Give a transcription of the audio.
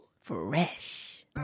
Fresh